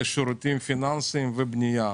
זה שירותים פיננסים ובנייה.